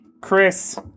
Chris